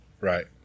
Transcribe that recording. Right